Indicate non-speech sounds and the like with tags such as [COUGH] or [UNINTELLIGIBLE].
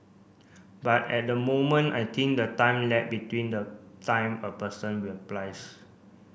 but at the moment I think the time lag between the time a person [UNINTELLIGIBLE] applies